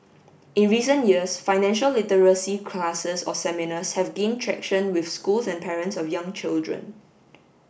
in recent years financial literacy classes or seminars have gained traction with schools and parents of young children